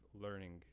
learning